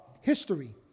history